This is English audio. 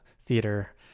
theater